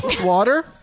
water